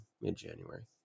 mid-January